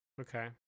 okay